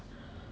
then his